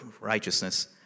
righteousness